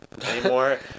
anymore